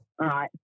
Right